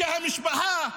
שהמשפחה,